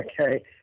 Okay